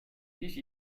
ich